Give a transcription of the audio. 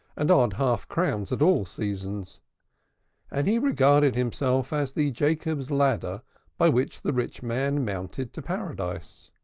and odd half-crowns at all seasons and he regarded himself as the jacob's ladder by which the rich man mounted to paradise.